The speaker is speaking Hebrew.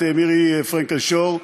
את מירי פרנקל-שור,